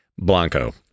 Blanco